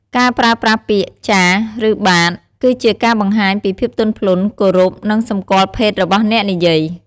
ការប្រើប្រាស់ពាក្យ "ចាស" ឬ "បាទ" គឺជាការបង្ហាញពីភាពទន់ភ្លន់ គោរព និងសម្គាល់ភេទរបស់អ្នកនិយាយ។